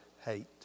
hate